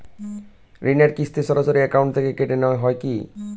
ঋণের কিস্তি সরাসরি অ্যাকাউন্ট থেকে কেটে নেওয়া হয় কি?